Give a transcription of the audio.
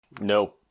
No